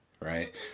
right